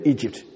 Egypt